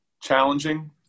challenging